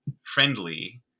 friendly